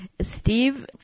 Steve